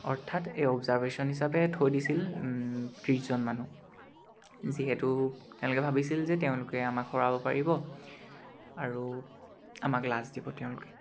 অৰ্থাৎ এই অৱজাৰ্ভেশ্যন হিচাপে থৈ দিছিল ত্ৰিছজন মানুহ যিহেতু তেওঁলোকে ভাবিছিল যে তেওঁলোকে আমাক হৰাব পাৰিব আৰু আমাক লাজ দিব তেওঁলোকে